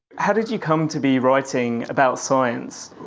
how did you come to be writing about science?